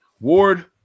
Ward